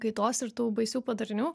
kaitos ir tų baisių padarinių